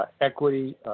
equity